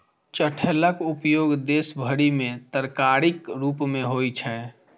चठैलक उपयोग देश भरि मे तरकारीक रूप मे होइ छै